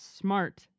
smart